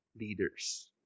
leaders